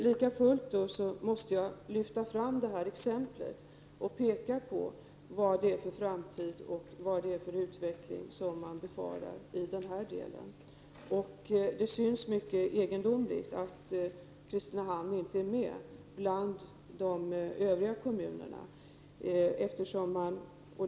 Lika fullt måste jag lyfta fram detta exempel och peka på vad för slags framtid och vad för slags utveckling man befarar skall komma i den här delen av landet. Det synes mycket egendomligt att Kristinehamn inte är med bland de övriga kommunerna.